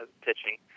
pitching